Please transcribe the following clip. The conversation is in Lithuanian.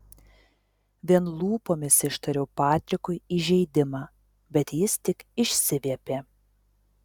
vien lūpomis ištariau patrikui įžeidimą bet jis tik išsiviepė